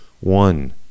one